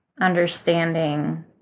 understanding